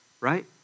right